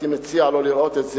הייתי מציע לו לראות את זה.